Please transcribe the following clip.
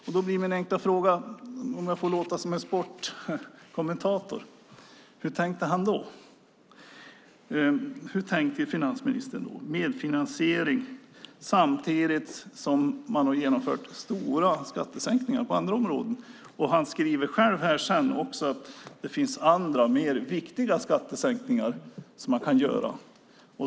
Om jag får låta som en sportkommentator blir min enkla fråga: Hur tänkte han då? Hur tänkte finansministern? Det är medfinansiering, samtidigt som man har genomfört stora skattesänkningar på andra områden. Han skriver sedan själv att det finns andra, mer viktiga, skattesänkningar man kan göra.